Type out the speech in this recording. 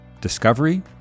discovery